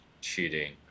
cheating